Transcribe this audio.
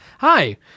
hi